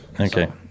Okay